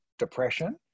depression